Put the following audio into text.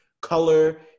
color